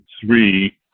three